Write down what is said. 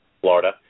Florida